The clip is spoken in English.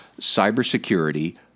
cybersecurity